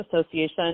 Association